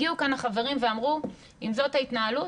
הגיעו לכאן החברים ואמרו שאם זאת ההתנהלות